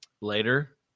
Later